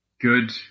good